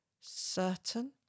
certain